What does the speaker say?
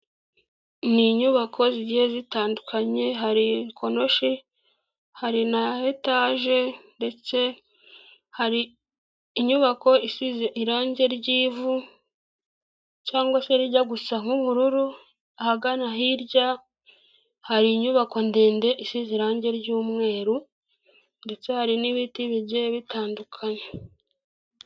Ni inyubako zigiye zitandukanye hari konoshi hari na etage ndetse hari inyubako isize irangi ry'ivu cyangwa se rijya gusa nk'ubururu ahagana hirya hari inyubako ndende isize irangi ry'umweru ndetse, hari n'ibiti bigiye bitandukanye.